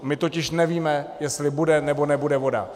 My totiž nevíme, jestli bude nebo nebude voda.